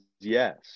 yes